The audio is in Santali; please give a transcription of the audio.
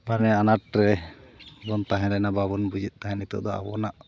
ᱵᱷᱟᱞᱮ ᱟᱱᱟᱴ ᱨᱮ ᱵᱚᱱ ᱛᱟᱦᱮᱸ ᱞᱮᱱᱟ ᱵᱟᱵᱚᱱ ᱵᱩᱡᱮᱫ ᱛᱟᱦᱮᱫ ᱱᱤᱛᱚᱜ ᱫᱚ ᱟᱵᱚᱱᱟᱜ